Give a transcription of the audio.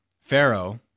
Pharaoh